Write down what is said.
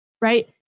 right